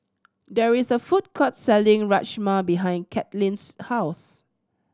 there is a food court selling Rajma behind Katlin's house